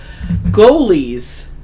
Goalies